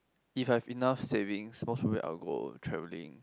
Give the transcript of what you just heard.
if I have enough savings most probably I will go travelling